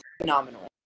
phenomenal